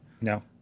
No